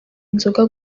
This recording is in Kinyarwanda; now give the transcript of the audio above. inzoga